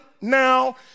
now